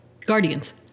Guardians